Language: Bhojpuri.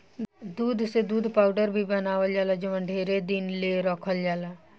दूध से दूध पाउडर भी बनावल जाला जवन ढेरे दिन ले रखल जाला